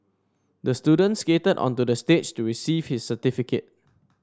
the student skated onto the stage to receive his certificate